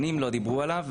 שנים לא דיברו עליו,